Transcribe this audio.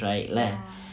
ya